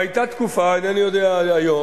היתה תקופה אינני יודע היום,